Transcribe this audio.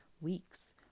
weeks